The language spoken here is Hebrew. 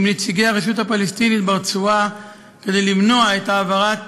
נציגי הרשות הפלסטינית ברצועה כדי למנוע את העברת